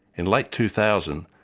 in late two thousand,